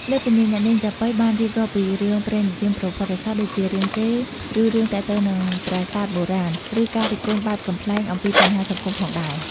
លើសពីនេះ អ្នកលេងចាប៉ីបានរៀបរាប់ពីរឿងព្រេងនិទានប្រវត្តិសាស្ត្រ ដូចជា រាមកេរ្តិ៍ ឬរឿងទាក់ទងនឹងប្រាសាទបុរាណ ឬការរិះគន់បែបកំប្លែងអំពីបញ្ហាសង្គមផងដែរ។